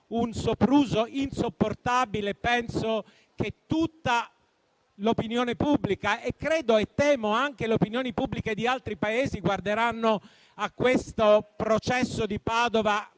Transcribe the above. un sopruso insopportabile. Penso che tutta l'opinione pubblica e - temo - anche le opinioni pubbliche di altri Paesi guarderanno a questo processo di Padova